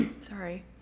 Sorry